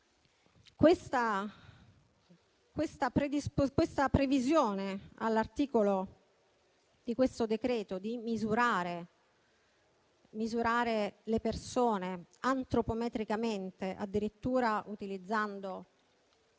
La previsione contenuta in questo decreto, di misurare le persone antropometricamente, addirittura utilizzando